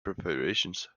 preparations